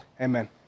Amen